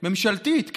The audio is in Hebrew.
ממשלתית,